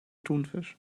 thunfisch